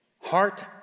Heart